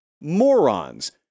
morons